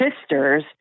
sisters